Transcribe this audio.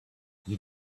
you